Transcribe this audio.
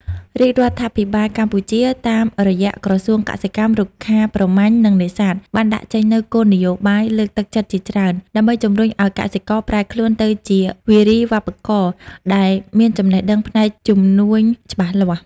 រាជរដ្ឋាភិបាលកម្ពុជាតាមរយៈក្រសួងកសិកម្ម រុក្ខាប្រមាញ់ និងនេសាទ បានដាក់ចេញនូវគោលនយោបាយលើកទឹកចិត្តជាច្រើន ដើម្បីជំរុញឱ្យកសិករប្រែខ្លួនទៅជាវារីវប្បករដែលមានចំណេះដឹងផ្នែកជំនួញច្បាស់លាស់។